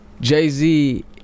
Jay-Z